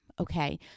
Okay